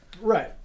Right